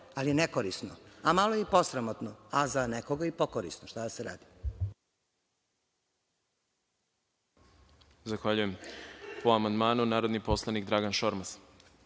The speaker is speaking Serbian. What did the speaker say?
ali je nekorisno, a malo je i posramotno, a za nekoga i pokorisno. Šta da se radi?